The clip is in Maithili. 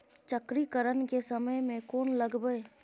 चक्रीकरन के समय में कोन लगबै?